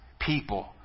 people